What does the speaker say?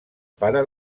pare